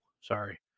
sorry